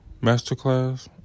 Masterclass